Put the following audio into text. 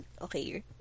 Okay